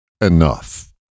enough